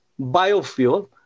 biofuel